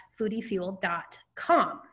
foodiefuel.com